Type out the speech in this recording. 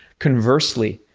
conversely,